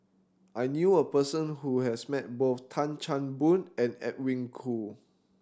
I knew a person who has met both Tan Chan Boon and Edwin Koo